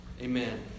Amen